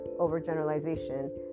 overgeneralization